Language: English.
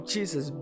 Jesus